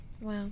Wow